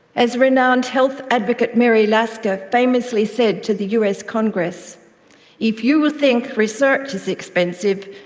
as renowned health advocate mary lasker famously said to the us congress if you think research is expensive,